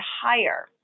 higher